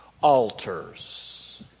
altars